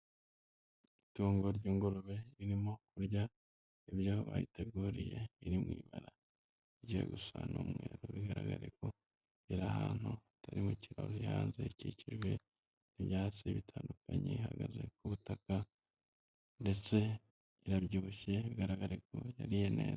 Itungo ry'ingurube irimo kurya ibyo ayiteguriye iri mu imubara rijya gusa n'umweru, bigaragare ko yari ahantu hatari mu kiraro ikikijwe n'ibyatsi bitandukanye hahagaze ku butaka ndetse irabyibushye yariye neza.